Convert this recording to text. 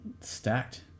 stacked